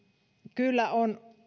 kyllä on